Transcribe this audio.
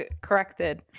corrected